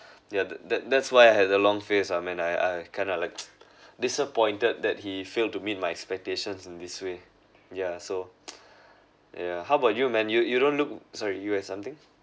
yeah that that's why I had a long face ah I mean I I kind of like disappointed that he failed to meet my expectations in this way ya so ya how about you man you you don't look sorry you has something